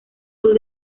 sus